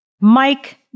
Mike